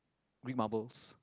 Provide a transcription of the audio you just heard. read marbles